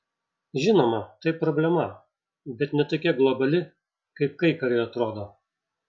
žinoma tai problema bet ne tokia globali kaip kaikariui atrodo